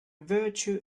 virtue